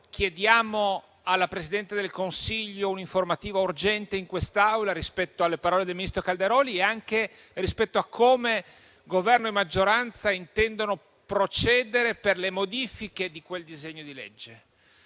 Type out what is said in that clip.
chiediamo al Presidente del Consiglio un'informativa urgente in quest'Aula rispetto alle parole del ministro Calderoli e anche rispetto a come Governo e maggioranza intendono procedere per le modifiche di quel disegno di legge;